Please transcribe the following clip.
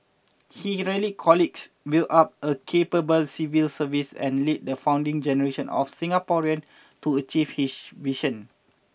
he rallied colleagues built up a capable civil service and led the founding generation of Singaporeans to achieve his vision